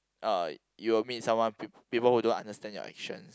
uh you will meet someone peop~ people who don't understand your actions